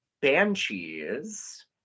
banshees